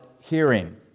hearing